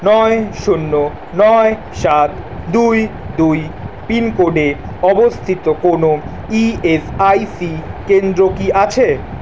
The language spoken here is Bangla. নয় শূন্য নয় সাত দুই দুই পিনকোডে অবস্থিত কোনও ই এস আই সি কেন্দ্র কি আছে